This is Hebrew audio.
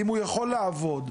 ואם הוא יכול לעבוד,